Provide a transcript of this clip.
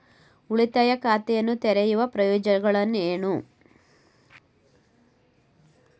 ಉಳಿತಾಯ ಖಾತೆಯನ್ನು ತೆರೆಯುವ ಪ್ರಯೋಜನಗಳೇನು?